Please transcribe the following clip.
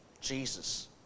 Jesus